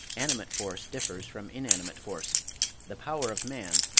animate force differs from inanimate force the power of man,